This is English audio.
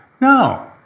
no